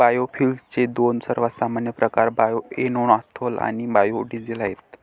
बायोफ्युएल्सचे दोन सर्वात सामान्य प्रकार बायोएथेनॉल आणि बायो डीझेल आहेत